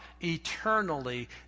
eternally